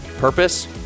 Purpose